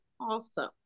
awesome